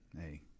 Hey